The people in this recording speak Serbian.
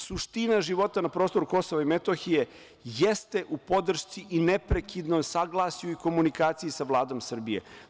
Suština života na prostoru KiM jeste u podršci i neprekidnom saglasju i komunikaciji sa Vladom Srbije.